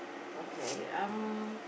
okay um